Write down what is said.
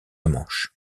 manche